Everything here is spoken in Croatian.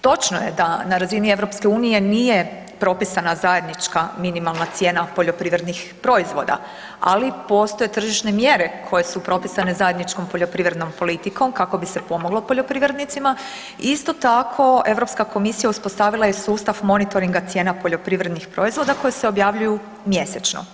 Točno je da na razini EU nije propisana zajednička minimalna cijena poljoprivrednih proizvoda, ali postoje tržišne mjere koje su propisane zajedničkom poljoprivrednom politikom kako bi se pomoglo poljoprivrednicima i isto tako Europska komisija uspostavila je sustav monitoringa cijena poljoprivrednih proizvoda koji se objavljuju mjesečno.